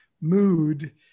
mood